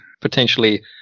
potentially